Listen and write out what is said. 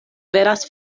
venas